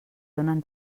donen